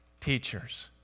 teachers